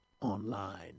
online